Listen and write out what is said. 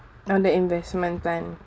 on the investment plan